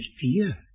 fear